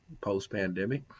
post-pandemic